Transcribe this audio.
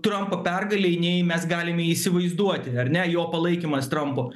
trampo pergalei nei mes galime įsivaizduoti ar ne jo palaikymas trampo